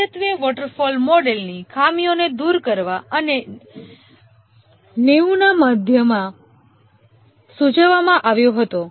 મુખ્યત્વે વોટરફોલ મોડેલની ખામીઓને દૂર કરવા તે 90 ના મધ્યમાં સૂચવવામાં આવ્યો હતો